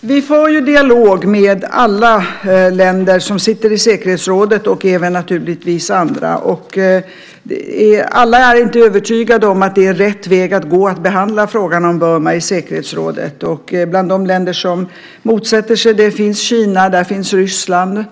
Vi för en dialog med alla länder som sitter i säkerhetsrådet och även andra, naturligtvis. Alla är inte övertygade om att det är rätt väg att gå att behandla frågan om Burma i säkerhetsrådet. Bland de länder som motsätter sig det finns Kina och Ryssland.